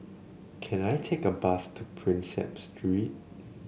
can I take a bus to Prinsep Street